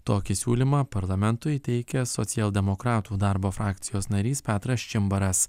tokį siūlymą parlamentui teikia socialdemokratų darbo frakcijos narys petras čimbaras